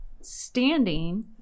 standing